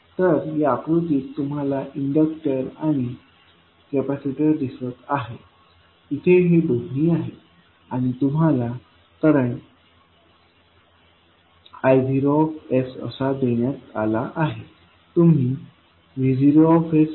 तर या आकृतीत तुम्हाला इंडक्टर आणि कपॅसिटर दिसत आहे इथे हे दोन्ही आहेत आणि तुम्हाला करंट Io असा देण्यात आला आहे तुम्ही VoIo